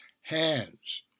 hands